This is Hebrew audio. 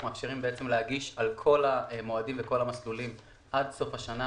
אנחנו מאפשרים להגיש על כל המועדים וכל המסלולים עד סוף השנה,